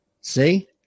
See